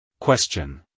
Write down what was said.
Question